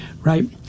right